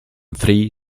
three